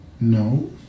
No